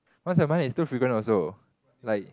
what's the point if too frequent also like